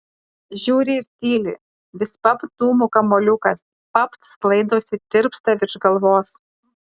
žiūri ir tyli vis papt dūmų kamuoliukas papt sklaidosi tirpsta virš galvos